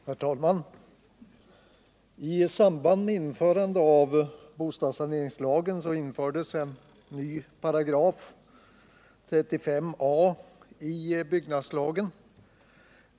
Herr talman! I samband med införandet av bostadssaneringslagen infördes en ny paragraf — 35 a — i byggnadslagen.